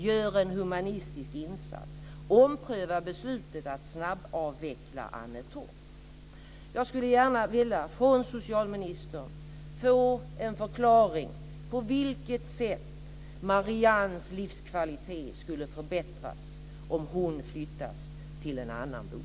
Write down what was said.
Gör en humanistisk insats. Ompröva beslutet att snabbavveckla Annetorp. Jag skulle gärna från socialministern vilja få en förklaring av på vilket sätt Mariannes livskvalitet skulle förbättras om hon flyttas till en annan bostad.